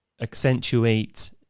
accentuate